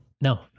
No